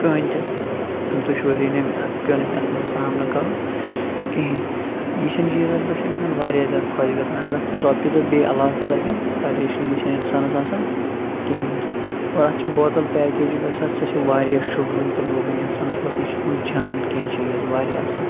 کٕہٕنۍ تہِ دُشوٲری نہٕ پیٚو نہٕ مےٚ اَتھ منٛز سامنہٕ کَرُن کِہیٖنۍ یِتھیٚن چیٖزَن پٮ۪ٹھ چھُ اِنسان واریاہ زیادٕ خۄش گژھان اگر اَتھ پٮ۪ٹھ رۄپیہِ دۄہ بیٚیہِ علاوٕ تہِ لَگن پریشٲنی چھَنہٕ اِنسانَس آسان کِہیٖنۍ تہِ اور اَتھ چھِ بوتَل پیکیج گژھان اَتھ سۄ چھِ واریاہ شُبونۍ تہٕ لوبونۍ اِنسانَس چھُ باسان یہِ اَتھ منٛز جان کینٛہہ چیٖز واریاہ اَصٕل